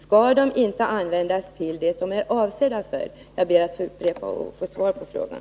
Skall de inte användas till det de är avsedda för? Jag ber att få svar på frågan.